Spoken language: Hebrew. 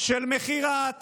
של מכירת